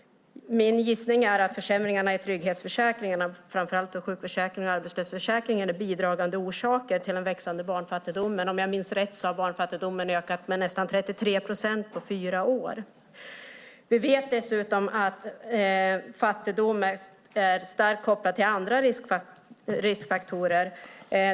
Min gissning är att försämringarna i trygghetsförsäkringarna, framför allt sjukförsäkring och arbetslöshetsförsäkring, är bidragande orsaker till den växande barnfattigdomen. Om jag minns rätt har barnfattigdomen ökat med nästan 33 procent på fyra år. Vi vet dessutom att fattigdom är starkt kopplad till andra riskfaktorer.